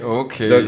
okay